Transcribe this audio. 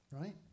Right